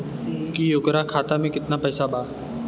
की ओकरा खाता मे कितना पैसा बा?